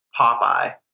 Popeye